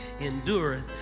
endureth